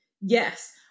Yes